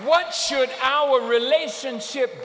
what should our relationship